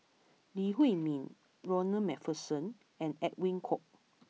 Lee Huei Min Ronald MacPherson and Edwin Koek